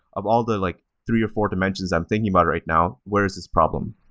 of all the like three or four dimensions i'm thinking about right now, where is this problem?